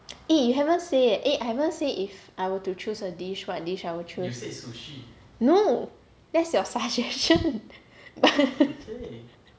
eh you haven't say eh I haven't say if I were to choose a dish what dish I will choose no that's your suggestion